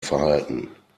verhalten